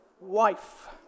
wife